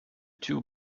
two